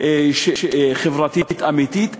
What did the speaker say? חברתית אמיתית?